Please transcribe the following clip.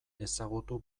ezagutu